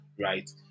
Right